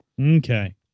Okay